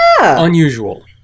unusual